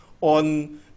on